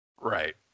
right